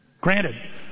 Granted